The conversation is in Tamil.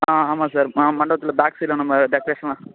ஆ ஆமாம் சார் ம மண்டபத்தில் பேக் சைட்ல நம்ம டெக்ரேஷன்லாம்